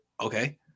Okay